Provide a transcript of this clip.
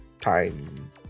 time